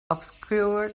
obscure